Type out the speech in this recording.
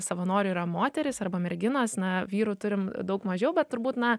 savanorių yra moterys arba merginos na vyrų turim daug mažiau bet turbūt na